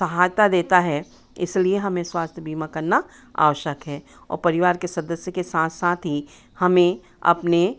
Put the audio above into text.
सहायता देता है इसलिए हमें स्वास्थ्य बीमा करना आवश्यक है और परिवार के सदस्य के साथ साथ ही हमें अपने